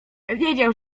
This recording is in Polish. wiedział